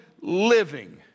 living